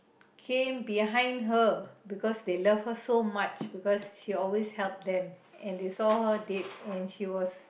came behind her because they loved her so much because she always help them and they saw her dead and she was